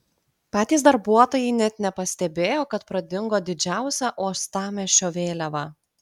patys darbuotojai net nepastebėjo kad pradingo didžiausia uostamiesčio vėliava